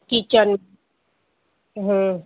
kitchen हम्म